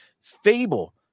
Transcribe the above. fable